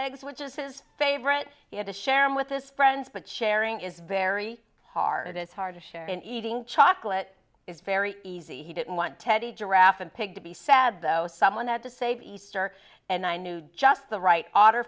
eggs which is his favorite he had to share him with his friends but sharing is very hard it is hard to share in eating chocolate is very easy he didn't want teddy giraffe and pig to be sad though someone had to save easter and i knew just the right au